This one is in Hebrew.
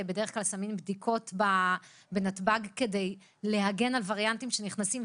בדרך כלל שמים בדיקות בנתב"ג כדי להגן מווריאנטים שנכנסים,